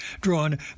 drawn